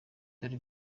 dore